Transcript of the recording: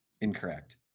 Incorrect